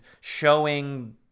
showing